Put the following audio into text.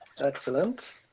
Excellent